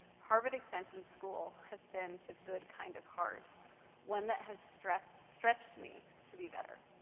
harvard extension school has been the good kind of hard one that has stretched stretched me to be better.